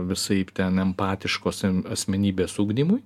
visaip ten empatiškos asmenybės ugdymui